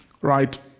Right